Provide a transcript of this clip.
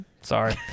sorry